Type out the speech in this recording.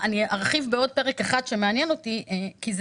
אני ארחיב בעוד פרק אחד שמעניין אותי כי זה